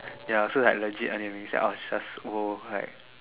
ya so like legit onion rings I was just !whoa! like